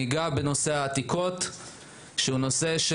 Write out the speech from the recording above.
אני אגע בנושא העתיקות שהוא נושא ש